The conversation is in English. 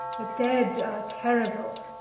the dead are terrible.